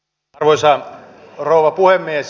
arvoisa rouva puhemies